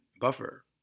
buffer